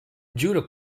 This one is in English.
judo